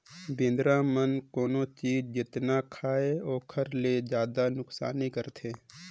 बेंदरा मन कोनो चीज जेतना खायें ओखर ले जादा नुकसानी करथे